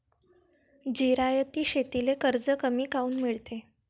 जिरायती शेतीले कर्ज कमी काऊन मिळते?